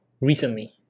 recently